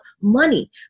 money